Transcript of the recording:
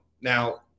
Now